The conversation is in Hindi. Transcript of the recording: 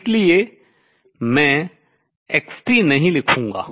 इसलिए मैं xt नहीं लिखूंगा